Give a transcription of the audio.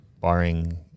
barring